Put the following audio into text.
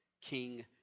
King